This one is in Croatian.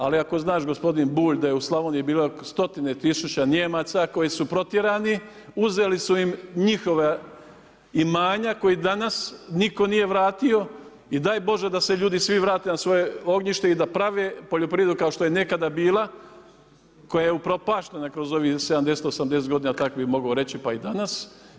Ali ako znaš gospodine Bulj da je u Slavoniji bilo 100-tine tisuća Nijemaca koji su protjerani, uzeli su im njihova imanja koja danas nitko nije vratio i daj Bože da se ljudi svi vrate na svoje ognjište i da prave poljoprivredu kao što je nekada bila koja je upropaštena kroz ovih 70, 80 godina tako bi mogao reći, pa i danas.